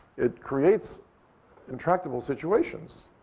it creates intractable situations.